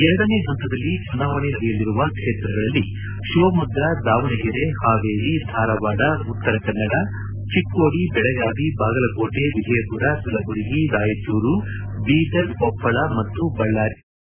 ಎರಡನೇ ಹಂತದಲ್ಲಿ ಚುನಾವಣೆ ನಡೆಯಲಿರುವ ಕ್ಷೇತ್ರಗಳಲ್ಲಿ ಶಿವಮೊಗ್ಗ ದಾವಣಗೆರೆ ಹಾವೇರಿ ಧಾರವಾಡ ಉತ್ತರ ಕನ್ನಡ ಚಿಕ್ಕೋಡಿ ಬೆಳಗಾವಿ ಬಾಗಲಕೋಟೆ ವಿಜಯಪುರ ಕಲಬುರಗಿ ರಾಯಚೂರು ಬೀದರ್ ಕೊಪ್ಪಳ ಮತ್ತು ಬಳ್ದಾರಿ ಸೇರಿವೆ